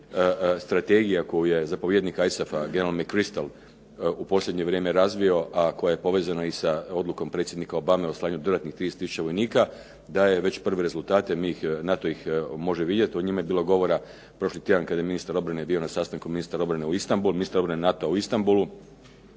strategija koju je zapovjednik ISAF-a general McCristal u posljednje vrijeme razvio, a koja je povezana i sa odlukom predsjednika Obame o slanju dodatnih 30 tisuća vojnika, daje već prve rezultate. NATO ih može vidjet, o njima je bilo govora prošli tjedan kada je ministar obrane bio na sastanku ministar obrane u Istanbulu, ministar obrane NATO-a u Istanbulu.